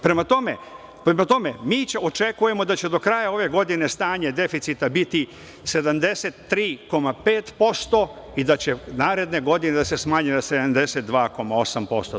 Prema tome, očekujemo da će do kraja ove godine stanje deficita biti 73,5% i da će naredne godine da se smanji na 72,8%